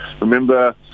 Remember